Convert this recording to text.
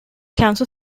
cancer